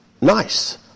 nice